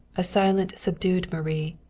a silent subdued marie,